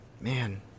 man